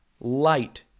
light